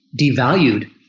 devalued